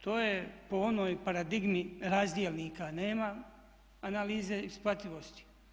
To je po onoj paradigmi razdjelnika nema, analize isplativosti.